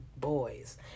boys